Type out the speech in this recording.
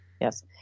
yes